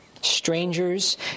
Strangers